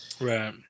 Right